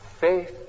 faith